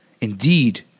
Indeed